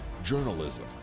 journalism